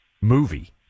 movie